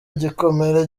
igikomere